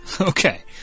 Okay